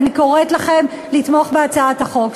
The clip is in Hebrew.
אני קוראת לכם לתמוך בהצעת החוק.